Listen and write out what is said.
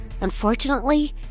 unfortunately